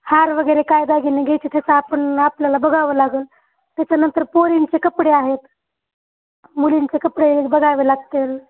हार वगैरे काय दागिने घ्यायचे त्याचं आपण आपल्याला बघावं लागेल त्याच्यानंतर पोरींचे कपडे आहेत मुलींचे कपडे बघावे लागतील